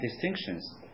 distinctions